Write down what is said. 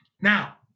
Now